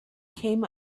came